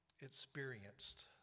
experienced